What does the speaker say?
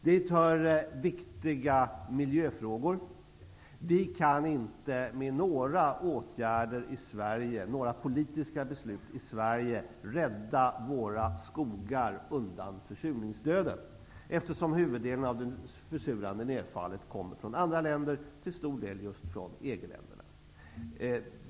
Dit hör viktiga miljöfrågor. Vi kan inte med några politiska beslut i Sverige rädda våra skogar undan försurningsdöden, eftersom huvuddelen av det försurande nedfallet kommer från andra länder, till stor del just från EG länderna.